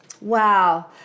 Wow